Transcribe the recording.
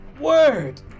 word